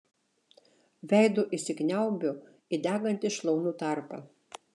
veidu įsikniaubiu į degantį šlaunų tarpą